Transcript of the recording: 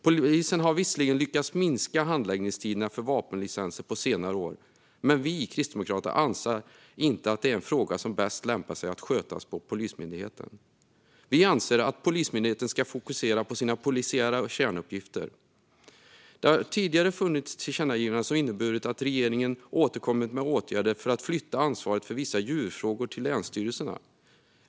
Polisen har visserligen lyckats minska handläggningstiderna för vapenlicenser på senare år, men vi kristdemokrater anser inte att det är en fråga som bäst lämpar sig att skötas på Polismyndigheten. Vi anser att Polismyndigheten ska fokusera på sina polisiära kärnuppgifter. Det har tidigare funnits tillkännagivanden som inneburit att regeringen återkommit med åtgärder för att flytta ansvaret för vissa djurfrågor till länsstyrelserna.